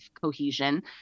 cohesion